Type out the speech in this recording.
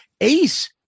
Ace